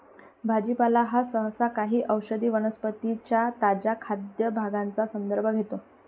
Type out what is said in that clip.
भाजीपाला हा सहसा काही औषधी वनस्पतीं च्या ताज्या खाद्य भागांचा संदर्भ घेतो